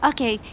Okay